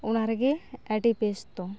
ᱚᱱᱟᱨᱮᱜᱮ ᱟᱹᱰᱤ ᱵᱮᱥᱛᱚ